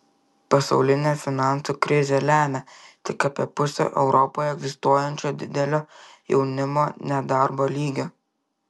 pasaulinė finansų krizė lemia tik apie pusę europoje egzistuojančio didelio jaunimo nedarbo lygio